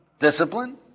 discipline